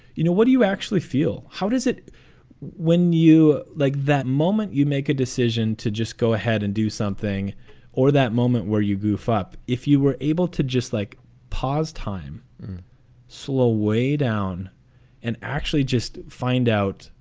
you know, what do you actually feel? how does it when you like that moment, you make a decision to just go ahead and do something or that moment where you goof up if you were able to just like pause time and slow way down and actually just find out,